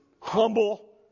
humble